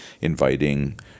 inviting